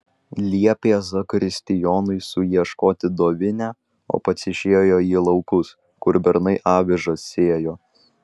liepė zakristijonui suieškoti dovinę o pats išėjo į laukus kur bernai avižas sėjo